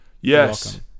Yes